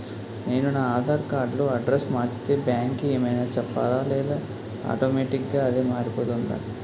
నేను నా ఆధార్ కార్డ్ లో అడ్రెస్స్ మార్చితే బ్యాంక్ కి ఏమైనా చెప్పాలా లేదా ఆటోమేటిక్గా అదే మారిపోతుందా?